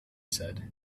said